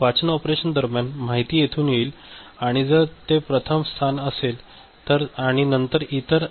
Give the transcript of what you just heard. वाचन ऑपरेशन दरम्यान माहिती येथून येईल आणि जर ते प्रथम स्थान असेल तर आणि नंतर इतर